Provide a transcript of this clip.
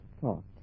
thought